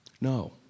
No